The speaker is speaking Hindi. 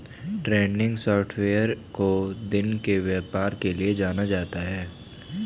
ट्रेंडिंग सॉफ्टवेयर को दिन के व्यापार के लिये जाना जाता है